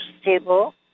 stable